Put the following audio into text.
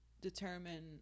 determine